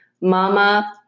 mama